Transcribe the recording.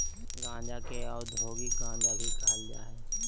गांजा के औद्योगिक गांजा भी कहल जा हइ